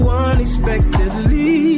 unexpectedly